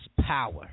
power